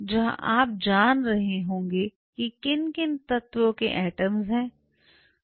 जहां आप जान रहे होंगे कि किन किन तत्वों के एटम्स हैं